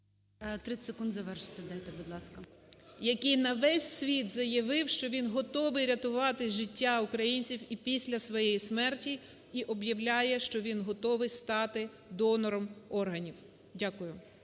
30 секунд завершити дайте, будь ласка. БОГОМОЛЕЦЬ О.В. … який на весь світ заявив, що він готовий рятувати життя українців і після своєї смерті. І об'являє, що він готовий стати донором органів. Дякую.